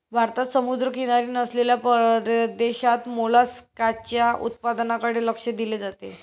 भारतात समुद्रकिनारी नसलेल्या प्रदेशात मोलस्काच्या उत्पादनाकडे लक्ष दिले जाते